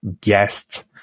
guest